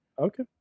Okay